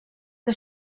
que